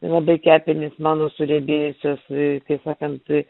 labai kepenys mano suriebėjusios kaip sakant